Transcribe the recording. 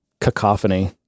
cacophony